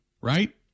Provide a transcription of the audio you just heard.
right